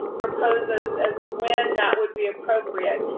proposes as when that would be appropriate.